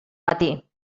matí